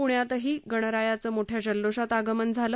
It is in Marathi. प्ण्यातही गणरायाचं मोठ्या जल्लोषात आगमन झालं